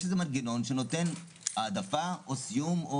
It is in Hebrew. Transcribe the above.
יש איזה מנגנון שנותן העדפה או סיום.